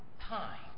time